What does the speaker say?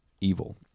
evil